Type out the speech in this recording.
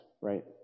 right